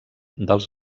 dels